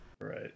right